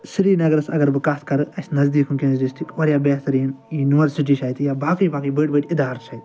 سریٖنگرَس اَگر بہٕ کَتھ کَرٕ اسہِ نزدیٖک وُنٛکیٚس ڈِسٹِرٛک واریاہ بہتریٖن یوٗنیوَرسِٹی چھِ اَتہِ یا باقٕے باقٕے بٔڑۍ بٔڑۍ اِدارٕ چھِ اَتہِ